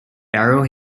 barrow